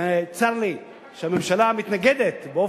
אני אהיה מרוצה, אגיד שהמטרה הושגה.